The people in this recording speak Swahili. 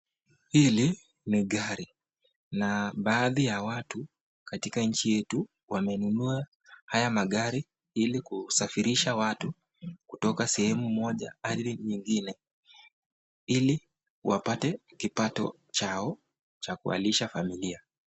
Hili ni gari na baadhi ya watu katika nchi yetu wamenunua haya magari ili kusafirisha watu kutoka sehemu moja hadi nyingine ili wapate kapato chao cha kuwalisha familia.